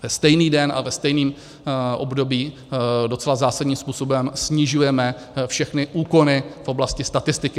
Ve stejný den a ve stejném období docela zásadním způsobem snižujeme všechny úkony v oblasti statistiky.